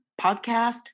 Podcast